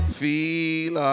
feel